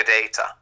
data